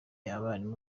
y’abarimu